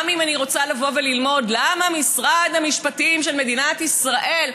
גם אם אני רוצה ללמוד למה משרד המשפטים של מדינת ישראל,